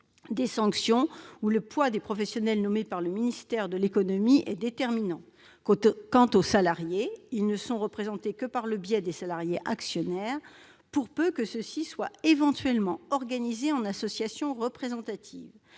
des sanctions, où le poids des professionnels nommés par le ministère de l'économie est déterminant. Quant aux salariés, ils ne sont représentés que par le biais des salariés actionnaires, pour peu que ceux-ci soient éventuellement organisés en association représentative